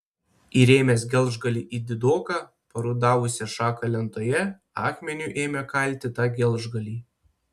įrėmęs gelžgalį į didoką parudavusią šaką lentoje akmeniu ėmė kalti tą gelžgalį